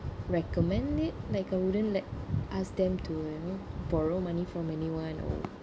recommend it like I wouldn't like ask them to you know borrow money from anyone or